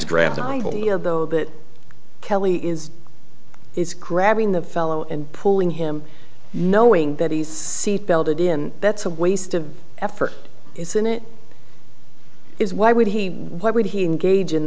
or though that kelly is is grabbing the fellow and pulling him knowing that he's seat belted in that's a waste of effort isn't it is why would he why would he engaged in